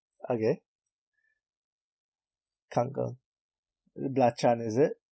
okay kang kong belacan is it